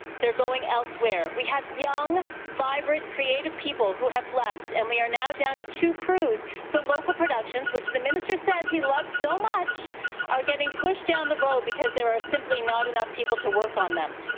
they're going elsewhere. we have young vibrant creative people who have left, and we are now down to two crews for so local productions which the minister says he loves so much are getting pushed down the road because there are a simply not enough people to work on them.